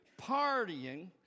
partying